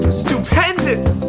stupendous